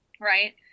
right